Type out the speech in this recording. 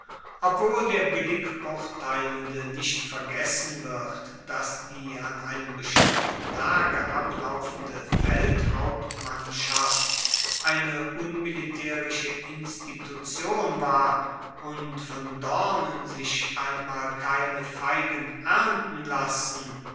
obwohl der billig urteilende nicht vergessen wird dass die an einem bestimmten tage ablaufende feldhauptmannschaft eine unmilitaerische institution war und von dornen sich einmal keine feigen ernten lassen